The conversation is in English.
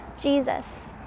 Jesus